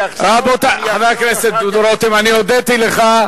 חבר הכנסת דודו רותם, אני הודיתי לך.